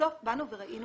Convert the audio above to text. בסוף באנו וראינו